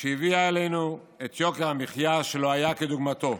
שהביאה עלינו יוקר מחיה שלא היה כדוגמתו.